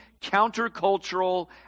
countercultural